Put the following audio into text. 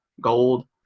gold